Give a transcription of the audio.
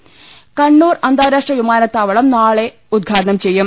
രുവെട്ടിരു കണ്ണൂർ അന്താരാഷ്ട്ര വിമാനത്താവളം നാളെ ഉദ്ഘാടനം ചെയ്യും